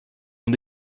ont